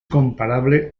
comparable